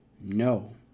No